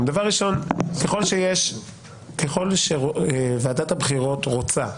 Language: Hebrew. מהתיאור של ועדת הבחירות,